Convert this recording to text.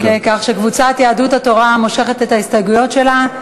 קבוצת יהדות התורה מושכת את ההסתייגויות שלה.